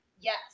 yes